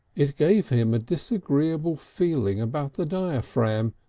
it gave him a disagreeable feeling about the diaphragm,